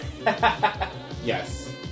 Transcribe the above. Yes